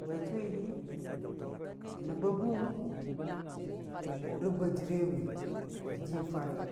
Bwe chʊwi hi, nəb ba buuwʊm, rʊ gwa jɨre wi ji fare.